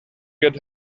get